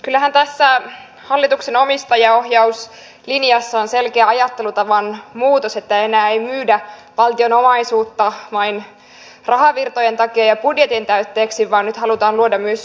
kyllähän tässä hallituksen omistajaohjauslinjassa on selkeä ajattelutavan muutos että enää ei myydä valtion omaisuutta vain rahavirtojen takia ja budjetin täytteeksi vaan nyt halutaan luoda myös uutta